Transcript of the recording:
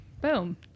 Boom